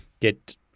get